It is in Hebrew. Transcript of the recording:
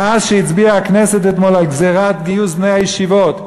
מאז הצביעה הכנסת אתמול על גזירת גיוס בני הישיבות,